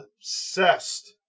obsessed